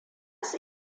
su